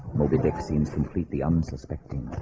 moby dick seems completely unsuspecting